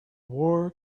war